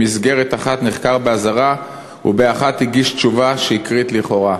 במסגרת אחת הוא נחקר באזהרה ובאחת הגיש תשובה שקרית לכאורה.